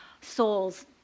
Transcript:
souls